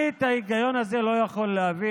את ההיגיון הזה אני לא יכול להבין.